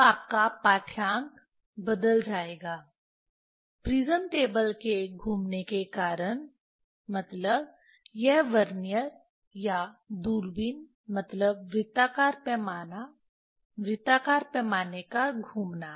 अब आपका पाठ्यांक बदल जाएगा प्रिज्म टेबल के घूमने के कारण मतलब यह वर्नियर या दूरबीन मतलब वृत्ताकार पैमाना वृत्ताकार पैमाने का घूमना